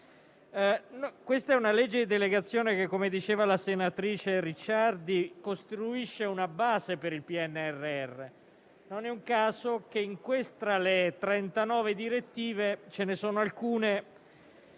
Questa è una legge di delegazione che - come diceva la senatrice Ricciardi - costruisce una base per il PNRR e non è un caso che tra le 39 direttive ce ne sono alcune